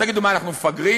תגידו, מה, אנחנו מפגרים?